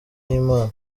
y’imana